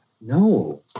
no